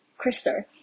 Krister